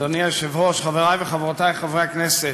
אדוני היושב-ראש, חברי וחברותי חברי הכנסת,